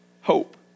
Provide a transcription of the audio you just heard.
hope